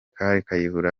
kayihura